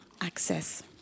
access